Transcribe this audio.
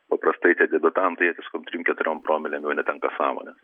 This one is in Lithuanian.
paprastai tie debiutantai jie ties kokiom trim keturiom promilėm jau netenka sąmonės